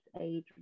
age